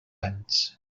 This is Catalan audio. anys